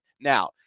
Now